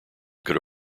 could